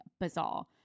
bizarre